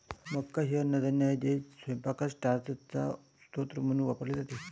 मका हे अन्नधान्य आहे जे स्वयंपाकात स्टार्चचा स्रोत म्हणून वापरले जाते